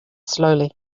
slowly